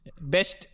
best